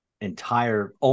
entire